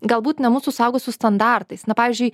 galbūt ne mūsų suaugusių standartais na pavyzdžiui